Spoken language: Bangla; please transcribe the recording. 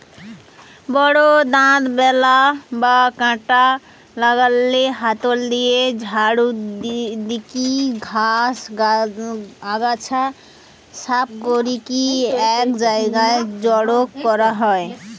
বড় দাঁতবালা বা কাঁটা লাগানা হাতল দিয়া ঝাড়ু দিকি ঘাস, আগাছা সাফ করিকি এক জায়গায় জড়ো করা হয়